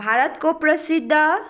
भारतको प्रसिद्ध